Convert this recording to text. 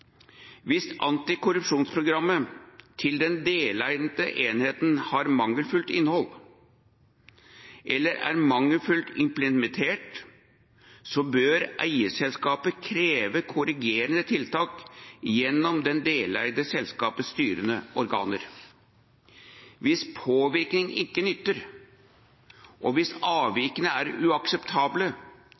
mangelfullt implementert, så bør eierselskapet kreve korrigerende tiltak gjennom det deleide selskapets styrende organer. Hvis påvirkning ikke nytter, og hvis avvikene er uakseptable,